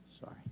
Sorry